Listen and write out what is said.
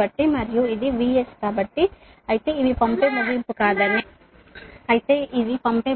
కాబట్టి మరియు ఇది VS కాబట్టి అయితే ఇవి పంపే